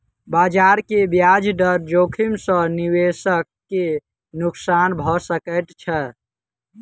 बजार के ब्याज दर जोखिम सॅ निवेशक के नुक्सान भ सकैत छै